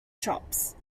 shops